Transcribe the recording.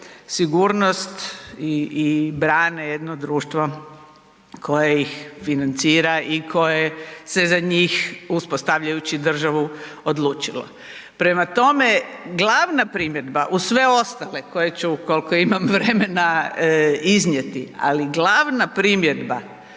sigurnost i, i brane jedno društvo koje ih financira i koje se za njih, uspostavljajući državu, odlučilo. Prema tome, glavna primjedba uz sve ostale koje ću, koliko imam vremena, iznijeti, ali glavna primjedba